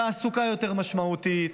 תעסוקה יותר משמעותית,